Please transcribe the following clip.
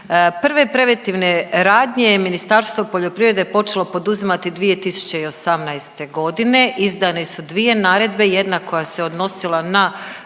Prve preventivne radnje Ministarstvo poljoprivrede je počelo poduzimati 2018. godine. Izdane su dvije naredbe, jedna koja se odnosila na